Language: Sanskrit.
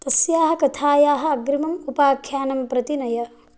तस्याः कथायाः अग्रिमम् उपाख्यानं प्रति नय